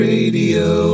Radio